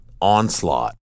onslaught